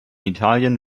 italien